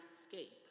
escape